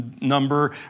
number